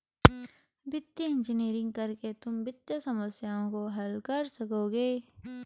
वित्तीय इंजीनियरिंग करके तुम वित्तीय समस्याओं को हल कर सकोगे